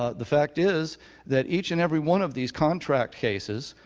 ah the fact is that each and every one of these contract cases,